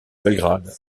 belgrade